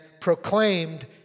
proclaimed